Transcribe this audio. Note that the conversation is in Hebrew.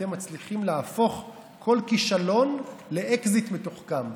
אתם מצליחים להפוך כל כישלון לאקזיט מתוחכם.